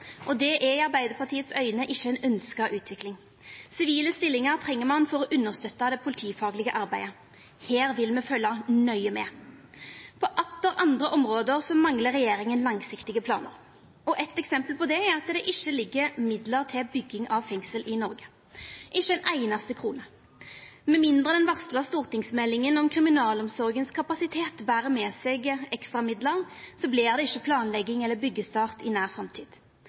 Det er etter Arbeidarpartiet sitt syn ikkje ei ønskt utvikling. Sivile stillingar treng ein for å støtta opp under det politifaglege arbeidet. Her vil me følgja nøye med. På atter andre område manglar regjeringa langsiktige planar. Eit eksempel på det er at det ikkje ligg inne midlar til bygging av fengsel i Noreg – ikkje ei einaste krone. Med mindre den varsla stortingsmeldinga om kapasiteten i kriminalomsorga ber med seg ekstra midlar, vert det ikkje planlegging eller byggestart i nær framtid.